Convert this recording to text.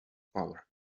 power